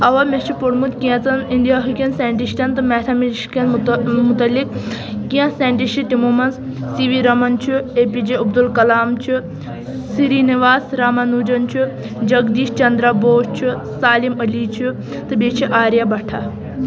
اوا مےٚ چھُ پورمُت کینٛژھن اِنڈیاہٕکین سایِنٹِسٹن تہٕ میتھامیٹِشکن متع مُتعلِق کینٛہہ ساینٹِش چھِ تِمو منٛز سِی وِی رمَن چھُ اے پی جے عَبدُالکلام چھُ سریینِواس رامانُجن چھُ جگدیٖش چنٛدرا بوس چھُ سالِم علیٰ چھُ تہٕ بیٚیہِ چھُ آریا بٹھا